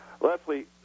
Leslie